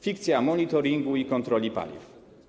Fikcja monitoringu i kontroli paliw.